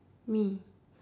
me